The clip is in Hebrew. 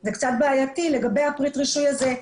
זה קצת בעייתי לגבי פריט הרישוי הזה.